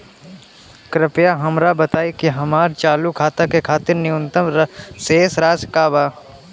कृपया हमरा बताइ कि हमार चालू खाता के खातिर न्यूनतम शेष राशि का बा